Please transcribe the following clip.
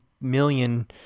million